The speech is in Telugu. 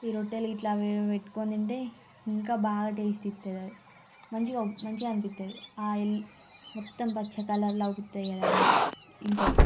ఈ రొట్టెల గిట్ల పెట్టుకొని తింటే ఇంకా బాగా టేస్ట్ ఇస్తుంది అది మంచిగా మంచిగా అనిపిస్తుందో ఆయిల్ మొత్తం పచ్చ కలర్లోకి వస్తాయి కదా అవి ఇంకొకటి